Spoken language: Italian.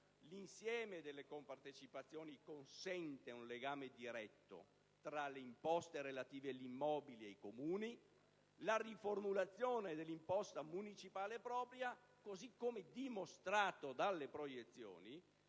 L'insieme delle compartecipazioni consente un legame diretto tra le imposte relative agli immobili e i Comuni. E la riformulazione dell'imposta municipale propria, così come dimostrato dalle proiezioni,